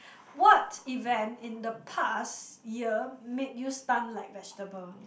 what event in the past year made you stun like vegetable